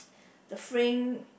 the frame